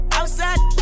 outside